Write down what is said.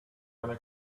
gonna